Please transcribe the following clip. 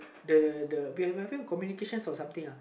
the the the we have one communications or something uh